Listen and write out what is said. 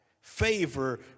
favor